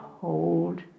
hold